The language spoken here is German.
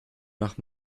nach